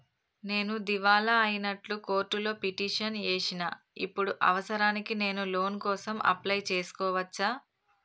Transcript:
నేను దివాలా అయినట్లు కోర్టులో పిటిషన్ ఏశిన ఇప్పుడు అవసరానికి నేను లోన్ కోసం అప్లయ్ చేస్కోవచ్చా?